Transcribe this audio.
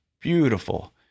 beautiful